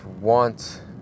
want